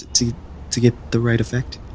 to to get the right effect